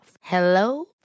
hello